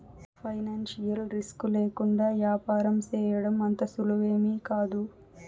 financial risk లేకుండా యాపారం సేయడం అంత సులువేమీకాదు